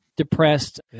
Depressed